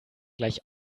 gleich